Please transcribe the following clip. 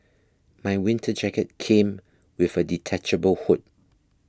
my winter jacket came with a detachable hood